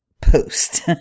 post